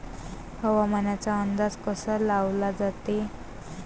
हवामानाचा अंदाज कसा लावला जाते?